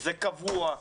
זה קבוע.